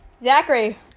Zachary